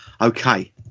Okay